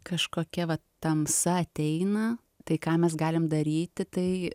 kažkokia vat tamsa ateina tai ką mes galim daryti tai